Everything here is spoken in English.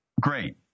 great